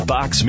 Box